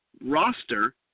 roster